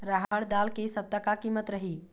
रहड़ दाल के इ सप्ता का कीमत रही?